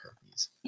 herpes